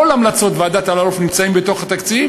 המלצות ועדת אלאלוף נמצאות בתוך התקציב,